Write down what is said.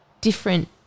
different